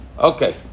Okay